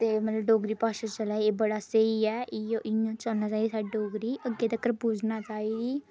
ते मतलब डोगरी भाषा चलै दी एह् बड़ा स्हेई ऐ इ'यै इ'यां चलना चाहिदी साढ़ी डोगरी अग्गें तक्कर पुज्जना चाहिदी